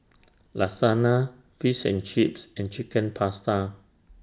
Lasagna Fish and Chips and Chicken Pasta